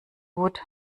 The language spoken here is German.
hut